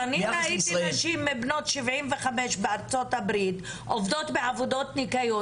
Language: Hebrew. ראיתי שם נשים בנות 75 שעובדות בעבודות ניקיון